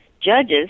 judges